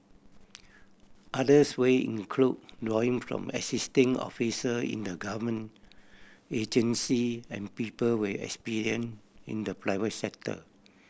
others way include drawing from existing officer in the government agency and people with experience in the private sector